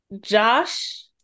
Josh